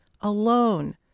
alone